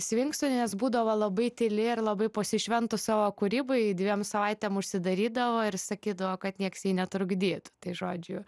svinksu nes būdavo labai tyli ir labai pasišventus savo kūrybai dviem savaitėm užsidarydavo ir sakydavo kad nieks jai netrukdytų tai žodžiu